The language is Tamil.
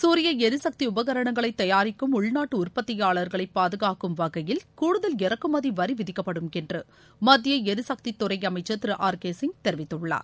சூரிய ளிசக்தி உபகரணங்களை தயாரிக்கும் உள்நாட்டு உற்பத்தியாளர்களை பாதுகாக்கும் வகையில் கூடுதல் இறக்குமதி வரி விதிக்கப்படும் என்று மத்திய ளிசக்தி துறை அமைச்சர் திரு ஆர் கே சிங் தெரிவித்துள்ளார்